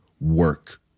work